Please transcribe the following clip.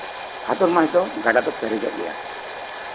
ᱵᱷᱟᱫᱚᱨ ᱢᱟᱥ ᱫᱚ ᱜᱟᱰᱟ ᱫᱚ ᱯᱮᱨᱮᱡᱚᱜ ᱜᱮᱭᱟ